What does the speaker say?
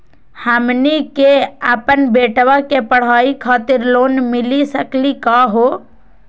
हमनी के अपन बेटवा के पढाई खातीर लोन मिली सकली का हो?